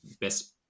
best